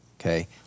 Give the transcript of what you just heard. okay